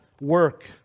work